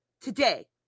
today